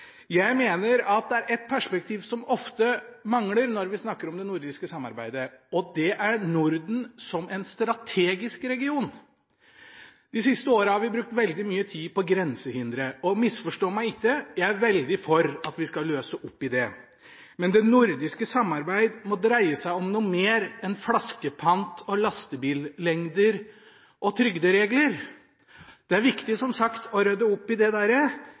Jeg mener at det er et perspektiv som ofte mangler når vi snakker om det nordiske samarbeidet, og det er Norden som en strategisk region. De siste årene har vi brukt veldig mye tid på grensehindre, og misforstå meg ikke, jeg er veldig for at vi skal løse opp i det. Men det nordiske samarbeid må dreie seg om noe mer enn flaskepant, lastebillengder og trygderegler. Det er som sagt viktig å rydde opp i